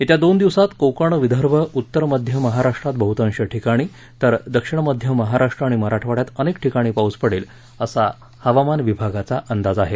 येत्या दोन दिवसात कोकण विदर्भ उत्तर मध्य महाराष्ट्रात बहुतांश ठिकाणी तर दक्षिण मध्य महाराष्ट्र आणि मराठवाङ्यात अनेक ठिकाणी पाऊस पडेल असा हवामान विभागाचा अंदाज आहे